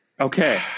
Okay